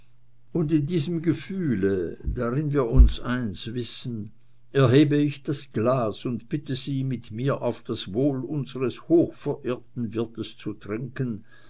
und in diesem gefühle darin wir uns eins wissen erhebe ich das glas und bitte sie mit mir auf das wohl unseres hochverehrten wirtes zu trinken